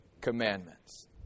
commandments